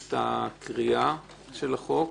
את הקריאה של החוק.